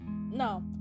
Now